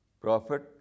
Prophet